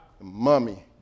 Mummy